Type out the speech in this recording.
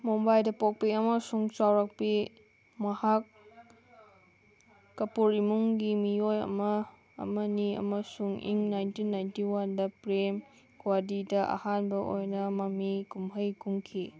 ꯃꯨꯝꯕꯥꯏꯗ ꯄꯣꯛꯄꯤ ꯑꯃꯁꯨꯡ ꯆꯥꯎꯔꯛꯄꯤ ꯃꯍꯥꯛ ꯀꯥꯄꯨꯔ ꯏꯃꯨꯡꯒꯤ ꯃꯤꯑꯣꯏ ꯑꯃ ꯑꯃꯅꯤ ꯑꯃꯁꯨꯡ ꯏꯪ ꯅꯥꯏꯟꯇꯤꯟ ꯅꯥꯏꯇꯤ ꯋꯥꯟꯗ ꯄ꯭ꯔꯦꯝ ꯀ꯭ꯋꯥꯗꯤꯗ ꯑꯍꯥꯟꯕ ꯑꯣꯏꯅ ꯃꯃꯤ ꯀꯨꯝꯍꯩ ꯀꯨꯝꯈꯤ